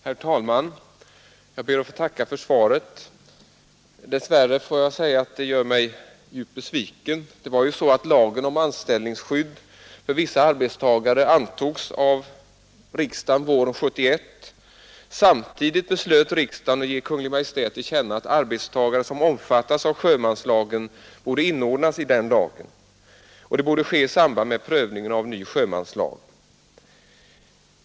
Herr talman! Jag ber att få tacka för svaret. Dess värre måste jag säga att det gör mig djupt besviken. Lagen om anställningsskydd för vissa arbetstagare antogs av riksdagen våren 1971. Samtidigt beslöt riksdagen ge Kungl. Maj:t till känna att arbetstagare som omfattas av sjömanslagen borde inordnas i denna lag. Det borde ske i samband med prövningen av ny sjömanslag.